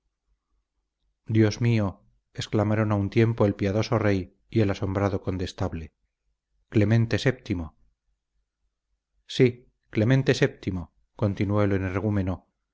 dios mío exclamaron a un tiempo el piadoso rey y el asombrado condestable clemente vii sí clemente vii continuó el energúmeno